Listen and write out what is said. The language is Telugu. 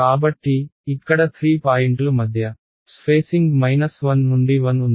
కాబట్టి ఇక్కడ 3 పాయింట్లు మధ్య స్ఫేసింగ్ 1 నుండి 1 ఉంది